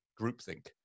groupthink